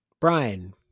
Brian